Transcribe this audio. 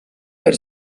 per